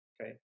Okay